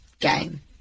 game